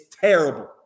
terrible